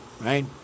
right